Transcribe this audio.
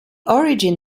origin